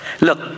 look